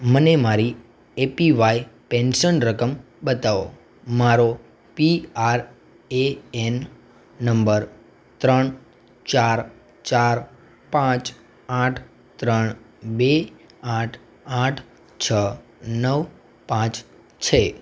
મને મારી APY pension રકમ બતાવો મારો પીઆરએએન નંબર ત્રણ ચાર ચાર પાંચ આઠ ત્રણ બે આઠ આઠ છો નવ પાંચ છે